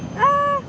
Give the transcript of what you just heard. uh